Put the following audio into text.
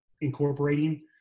incorporating